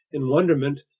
in wonderment,